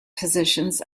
positions